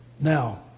Now